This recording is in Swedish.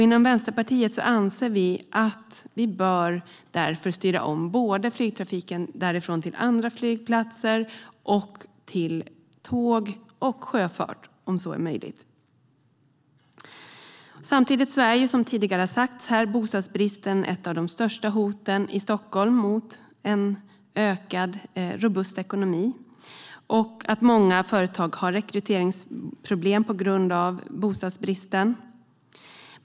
Inom Vänsterpartiet anser vi därför att man bör styra om flygtrafiken därifrån till andra flygplatser och till tåg och sjöfart, om så är möjligt. Som tidigare har sagts är bostadsbristen ett av de största hoten i Stockholm mot en ökad, robust ekonomi. Många företag har rekryteringsproblem på grund av bostadsbristen.